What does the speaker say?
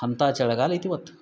ಅಂಥ ಚಳಿಗಾಲ ಐತಿ ಇವತ್ತು